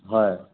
হয়